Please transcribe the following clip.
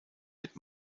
wird